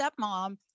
stepmom